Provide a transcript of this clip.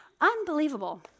Unbelievable